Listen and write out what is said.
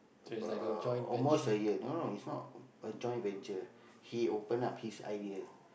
about almost a year no no it's not a joint venture he open up his idea